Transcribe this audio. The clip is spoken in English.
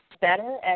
better